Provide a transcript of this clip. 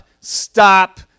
Stop